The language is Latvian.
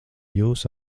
jūs